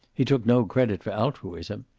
he took no credit for altruism.